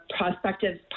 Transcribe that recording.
prospective